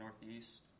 northeast